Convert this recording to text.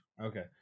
Okay